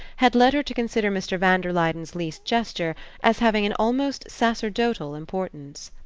had led her to consider mr. van der luyden's least gesture as having an almost sacerdotal importance.